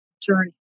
journey